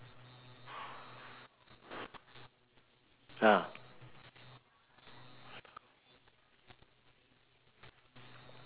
ah